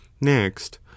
next